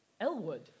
Elwood